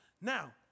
Now